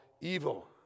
evil